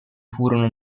furono